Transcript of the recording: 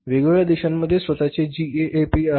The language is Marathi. वेगवेगळ्या देशांमध्ये त्यांचे स्वतःचे GAAP आहे